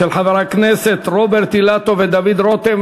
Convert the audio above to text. של חבר הכנסת רוברט אילטוב ודוד רותם.